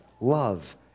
love